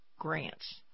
grants